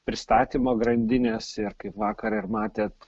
pristatymo grandinės ir kaip vakar ir matėt